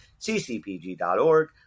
ccpg.org